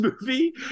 movie